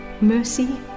Mercy